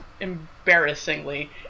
embarrassingly